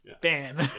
Bam